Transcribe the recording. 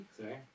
sorry